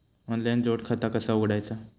Online जोड खाता कसा उघडायचा?